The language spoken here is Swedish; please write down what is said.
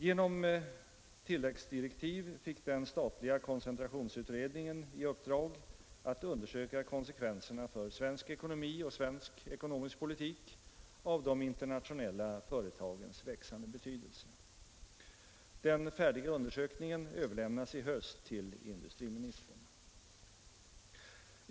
Genom tilläggsdirektiv den 16 april 1971 fick den statliga koncentrationsutredningen i uppdrag att undersöka konsekvenserna för svensk ekonomi och ekonomisk politik av de internationella företagens växande betydelse. Den färdiga undersökningen överlämnades i höst till industtriministern.